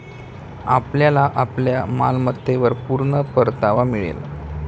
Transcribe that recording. आपल्याला आपल्या मालमत्तेवर पूर्ण परतावा मिळेल